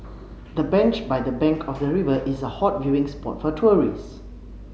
the bench by the bank of the river is a hot viewing spot for tourists